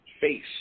face